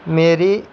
मेरी